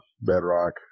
Bedrock